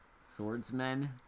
swordsmen